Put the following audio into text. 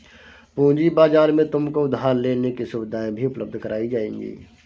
पूँजी बाजार में तुमको उधार लेने की सुविधाएं भी उपलब्ध कराई जाएंगी